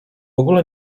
ogóle